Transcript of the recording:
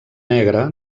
negra